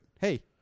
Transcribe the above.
Hey